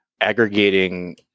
aggregating